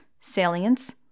salience